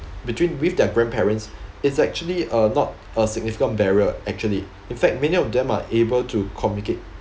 between with their grandparents it's actually uh not a significant barrier actually in fact many of them are able to communicate